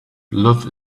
love